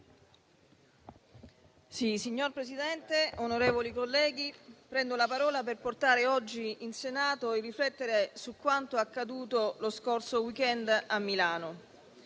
Signor Presidente, onorevoli colleghi, prendo la parola per portare oggi in Senato e riflettere su quanto accaduto lo scorso *weekend* a Milano.